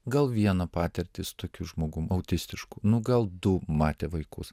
gal vieną patirtį su tokiu žmogum autistišku nu gal du matė vaikus